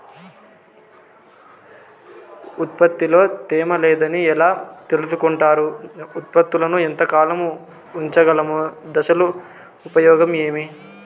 ఉత్పత్తి లో తేమ లేదని ఎలా తెలుసుకొంటారు ఉత్పత్తులను ఎంత కాలము ఉంచగలము దశలు ఉపయోగం ఏమి?